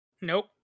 Nope